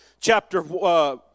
chapter